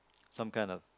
some kind of